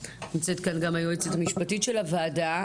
נמצאת כאן גם היועצת המשפטית של הוועדה,